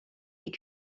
est